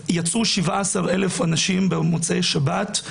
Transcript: יצאו 17,000 אנשים במוצאי שבת,